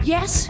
Yes